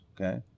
okay